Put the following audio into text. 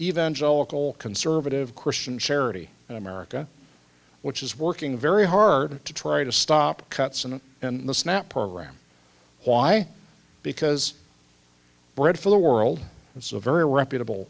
evangelical conservative christian charity in america which is working very hard to try to stop cuts and in the snap program why because bread for the world it's a very reputable